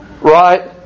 right